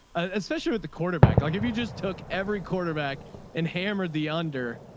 especially with the quarterback, i'll give, you just took every quarterback and hammered the under,